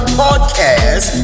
podcast